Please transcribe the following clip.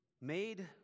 made